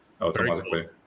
automatically